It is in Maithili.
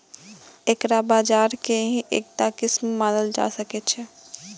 एकरा बाजार के ही एकटा किस्म मानल जा सकै छै